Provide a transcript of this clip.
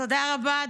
תודה רבה,